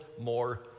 more